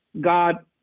God